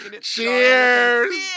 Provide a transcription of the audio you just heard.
Cheers